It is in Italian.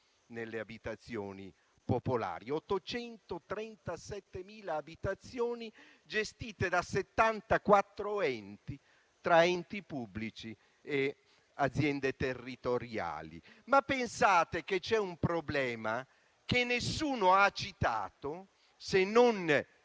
nelle abitazioni popolari: 837.000 abitazioni gestite da 74 tra enti pubblici e aziende territoriali. C'è un problema che nessuno ha citato se non